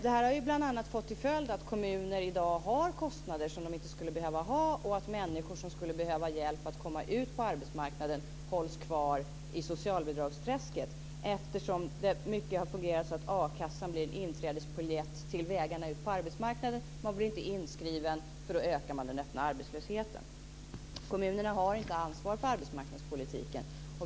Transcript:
Det har bl.a. fått till följd att kommuner i dag har kostnader som de inte skulle behöva ha, och att människor som skulle behöva hjälp att komma ut på arbetsmarknaden hålls kvar i socialbidragsträsket. Det har nämligen till stor del fungerat så att a-kassan blir en inträdesbiljett till vägarna ut på arbetsmarknaden. Man blir inte inskriven, för då ökar man den öppna arbetslösheten. Kommunerna har inte ansvar för arbetsmarknadspolitiken.